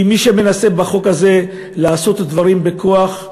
ומי שמנסה בחוק הזה לעשות את הדברים בכוח,